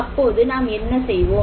அப்போது நாம் என்ன செய்வோம்